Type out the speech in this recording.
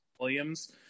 Williams